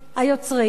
היוצרים,